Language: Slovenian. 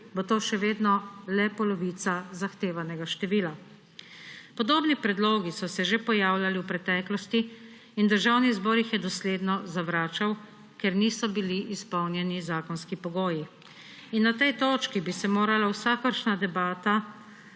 bo to še vedno le polovica zahtevanega števila. Podobni predlogi so se že pojavljali v preteklosti in Državni zbor jih je dosledno zavračal, ker niso bili izpolnjeni zakonski pogoji. Na tej točki bi se morala vsakršna debata